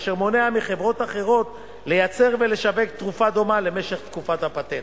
אשר מונע מחברות אחרות לייצר ולשווק תרופה דומה למשך תקופת הפטנט.